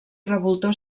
revoltó